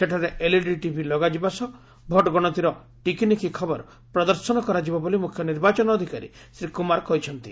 ସେଠାରେ LED TV ଲଗାଯିବା ସହ ଭୋଟ୍ ଗଣତିର ଟିକିନିଖି ଖବର ପ୍ରଦର୍ଶନ କରାଯିବ ବୋଲି ମୁଖ୍ୟ ନିର୍ବାଚନ ଅଧିକାରୀ ଶ୍ରୀ କୁମାର କହିଛନ୍ତି